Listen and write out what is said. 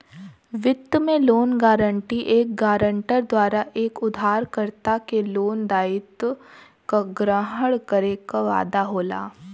वित्त में loan guarantee एक गारंटर द्वारा एक उधारकर्ता के लोन दायित्व क ग्रहण करे क वादा होला